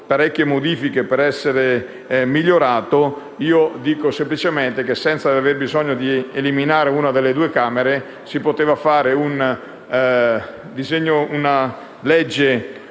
parecchie modifiche per essere migliorato), dico semplicemente che, senza il bisogno di eliminare una delle due Camere, si sarebbe